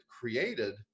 created